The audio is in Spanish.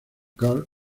carl